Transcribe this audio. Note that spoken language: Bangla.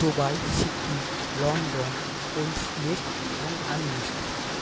Dubai Sikkim London west list এবং আনলিস্ট